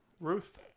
Ruth